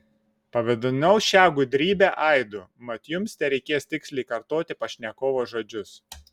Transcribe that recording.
pavadinau šią gudrybę aidu mat jums tereikės tiksliai kartoti pašnekovo žodžius